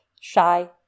shy